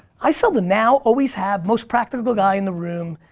i sell the now, always have, most practical guy in the room.